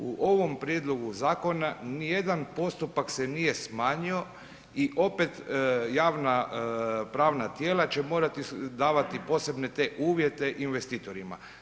U ovom prijedlogu zakona nijedan postupak se nije smanjio i opet javno-pravna tijela će morati davati posebne te uvjete investitorima.